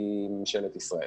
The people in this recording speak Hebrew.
היא ממשלת ישראל.